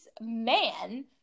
man